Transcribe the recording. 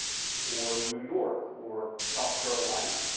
or new york or south carolina.